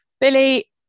Billy